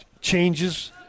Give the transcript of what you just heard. changes